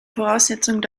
voraussetzung